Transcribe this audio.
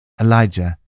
Elijah